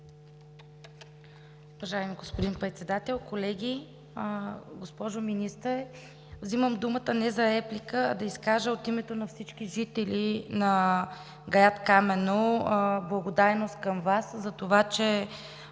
Уважаеми господин Председател, колеги! Госпожо Министър, взимам думата не за реплика, а от името на всички жители на град Камено да изкажа благодарност към Вас за това, че